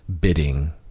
bidding